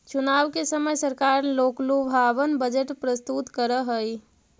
चुनाव के समय सरकार लोकलुभावन बजट प्रस्तुत करऽ हई